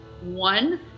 One